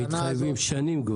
הם מתחייבים שנים.